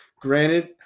Granted